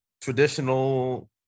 traditional